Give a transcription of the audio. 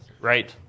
right